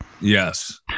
Yes